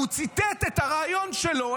הוא ציטט את הריאיון שלו,